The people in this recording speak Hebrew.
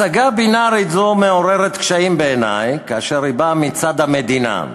הצגה בינארית זו מעוררת קשיים בעיני כאשר היא באה מצד המדינה.